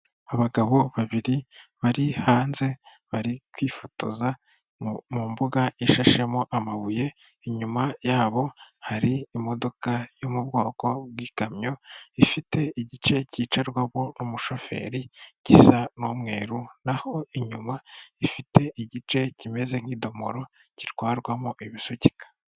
Abagabo babiri bari hanze, bari kwifotoza mu mbuga ishashemo amabuye, inyuma yabo hari imodoka yo mu bwoko bw'ikamyo, ifite igice cyicarwamo umushoferi gisa n'umweru, naho inyuma ifite igice kimeze nk'idomoro gitwarwamo ibisukika.